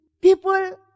People